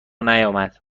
نمیاد